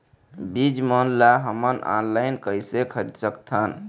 बीज मन ला हमन ऑनलाइन कइसे खरीद सकथन?